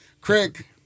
Craig